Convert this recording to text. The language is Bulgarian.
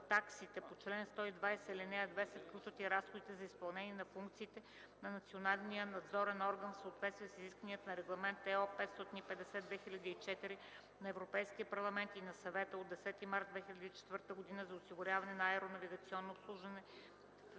таксите по чл. 120, ал. 2 се включват и разходите за изпълнение на функциите на националния надзорен орган в съответствие с изискванията на Регламент (ЕО) № 550/2004 на Европейския парламент и на Съвета от 10 март 2004 година за осигуряването на аеронавигационно обслужване в единното